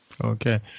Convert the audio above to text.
Okay